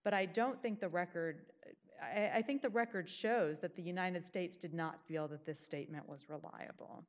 but i don't think the record i think the record shows that the united states did not feel that the statement was reliable